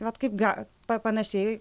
vat kaip ga pa panašiai